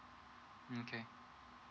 okay